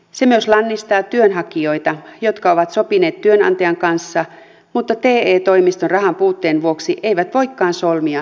se myös lannistaa työnhakijoita jotka ovat sopineet työnantajan kanssa mutta te toimiston rahanpuutteen vuoksi eivät voikaan solmia sopimuksia